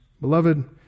Beloved